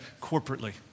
corporately